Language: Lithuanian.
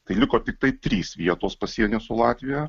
tai liko tiktai trys vietos pasienio su latvija